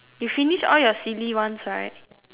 you finish all your silly ones right